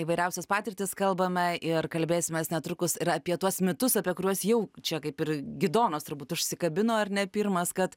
įvairiausias patirtis kalbame ir kalbėsimės netrukus ir apie tuos mitus apie kuriuos jau čia kaip ir gidonas turbūt užsikabino ar ne pirmas kad